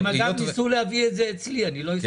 אגב, ניסו להביא את זה אצלי, אבל לא הסכמתי.